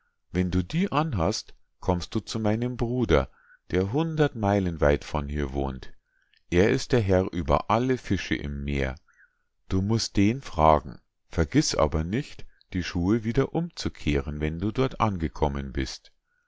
wenn du die anhast kommst du zu meinem bruder der hundert meilen weit von hier wohnt er ist herr über alle fische im meer du musst den fragen vergiß aber nicht die schuhe wieder umzukehren wenn du dort angekommen bist